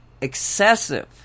excessive